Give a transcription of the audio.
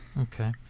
Okay